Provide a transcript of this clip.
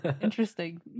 interesting